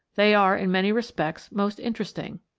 they are in many respects most interesting.